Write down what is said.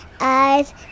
eyes